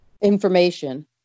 information